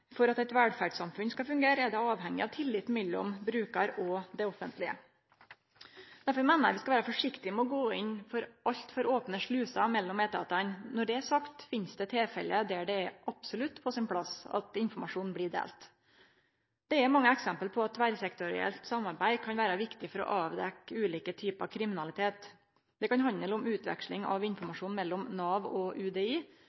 For at eit velferdssamfunn skal fungere, er det avhengig av tillit mellom brukar og det offentlege. Derfor meiner eg vi skal vere forsiktige med å gå inn for altfor opne sluser mellom etatane. Når det er sagt, finst det tilfelle der det absolutt er på sin plass at informasjonen blir delt. Det er mange eksempel på at tverrsektorielt samarbeid kan vere viktig for å avdekke ulike typar kriminalitet. Det kan handle om utveksling av